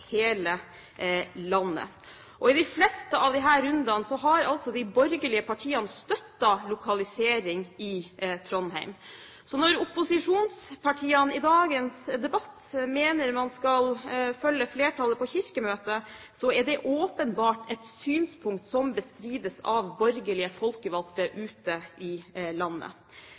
hele landet. I de fleste av disse rundene har de borgerlige partiene støttet lokalisering i Trondheim. Når opposisjonspartiene i dagens debatt mener man skal følge flertallet på Kirkemøtet, er det åpenbart et synspunkt som bestrides av borgerlige folkevalgte ute i landet.